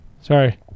Sorry